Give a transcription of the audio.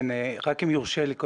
רק אם יורשה לי,